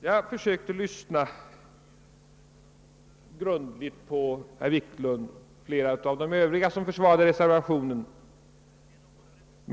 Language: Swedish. Jag försökte lyssna noga på herr Wiklund och flera av de övriga som har försvarat reservationen.